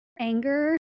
anger